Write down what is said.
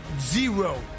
Zero